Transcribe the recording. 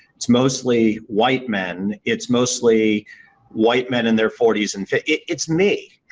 it's mostly white men, it's mostly white men in their forty s and it's me.